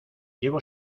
llevo